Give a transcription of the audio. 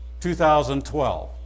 2012